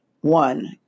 one